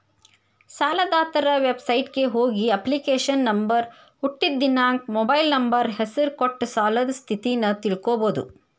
ಸಾಲದಾತರ ವೆಬಸೈಟ್ಗ ಹೋಗಿ ಅಪ್ಲಿಕೇಶನ್ ನಂಬರ್ ಹುಟ್ಟಿದ್ ದಿನಾಂಕ ಮೊಬೈಲ್ ನಂಬರ್ ಹೆಸರ ಕೊಟ್ಟ ಸಾಲದ್ ಸ್ಥಿತಿನ ತಿಳ್ಕೋಬೋದು